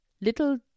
little